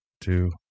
two